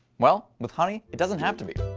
well with honey it doesn't have to be.